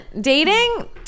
dating